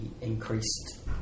increased